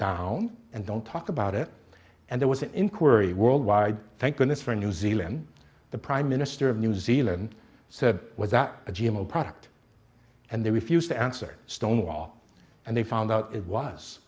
down and don't talk about it and there was an inquiry worldwide thank goodness for new zealand the prime minister of new zealand said was that a g m o product and they refused to answer stonewall and they found out it was